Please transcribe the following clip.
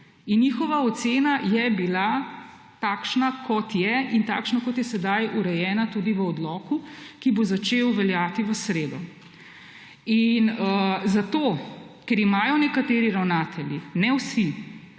njihova ocena je bila takšna, kot je, in takšna, kot je sedaj urejena tudi v odloku, ki bo začel veljati v sredo. In zato, ker imajo nekateri ravnatelji, ne vsi,